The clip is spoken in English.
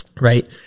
right